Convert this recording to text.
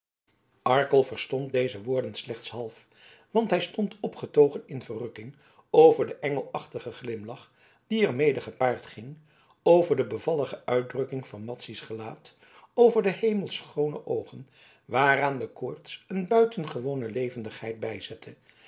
arkel verstond deze woorden slechts half want hij stond opgetogen in verrukking over den engelachtigen glimlach die er mede gepaard ging over de bevallige uitdrukking van madzy's gelaat over de hemelschoone oogen waaraan de koorts een buitengewone levendigheid bijzette